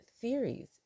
theories